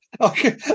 Okay